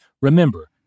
remember